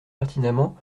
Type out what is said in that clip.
pertinemment